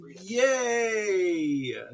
Yay